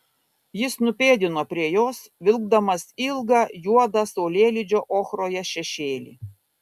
jis nupėdino prie jos vilkdamas ilgą juodą saulėlydžio ochroje šešėlį